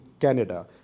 Canada